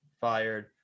fired